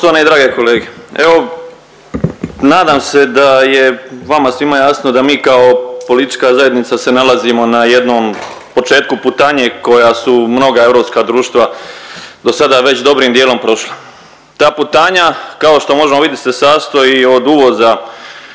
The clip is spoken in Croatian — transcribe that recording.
Poštovane i drage kolege, evo nadam se da je vama svima jasno da mi kao politička zajednica se nalazimo na jednom početku putanje koja su mnoga europska društva dosada već dobrim dijelom prošla. Ta putanja kao što možemo vidjet se sastoji od uvoza